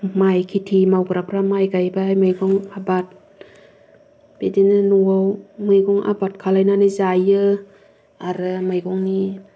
माइ खेथि मावग्राफोरा माइ गायाय मैगं आबाद बिदिनो न'आव मैगं आबाद खालायनानै जायो आरो मैगंनि